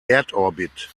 erdorbit